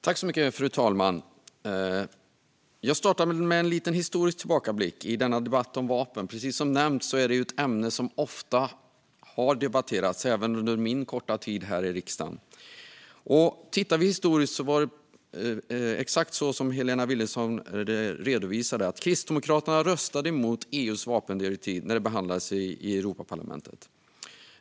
Fru talman! Låt mig starta med en historisk tillbakablick i denna debatt om vapen. Precis som nämnts är det ett ämne som ofta har debatterats, även under min korta tid här i riksdagen. Historiskt sett var det exakt så som Helena Vilhelmsson redovisade. Kristdemokraterna röstade emot EU:s vapendirektiv när det behandlades i Europaparlamentet.